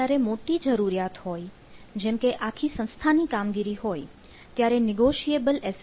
પણ જ્યારે મોટી જરૂરિયાત હોય જેમકે આખી સંસ્થાની કામગીરી હોય ત્યારે નેગોશિયેબલ એસ